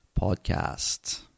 podcast